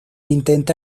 intenta